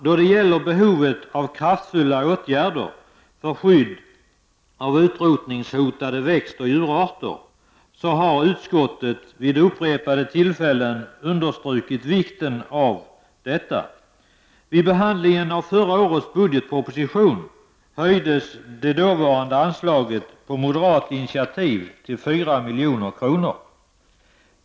Då det gäller behovet av kraftfulla åtgärder för skydd av utrotningshotade växtoch djurarter har utskottet vid upprepade tillfällen understrukit vikten av sådana åtgärder. Vid behandlingen av förra årets budgetproposition höjdes det dåvarande anslaget på moderat initiativ till 4 milj.kr.